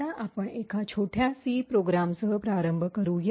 आता आपण एका छोट्या सी प्रोग्रामसह प्रारंभ करूया